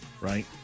right